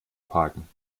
parken